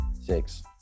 Six